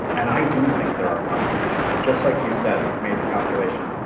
and i do think there are companies just like you said, you've made the calculation.